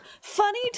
Funny